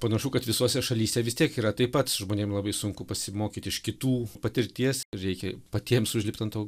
panašu kad visose šalyse vis tiek yra taip žmonėm labai sunku pasimokyti iš kitų patirties reikia patiems užlipt ant to